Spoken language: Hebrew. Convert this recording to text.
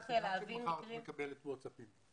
מחר את מקבלת ווטסאפים.